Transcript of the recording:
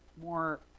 more